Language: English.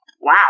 Wow